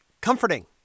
comforting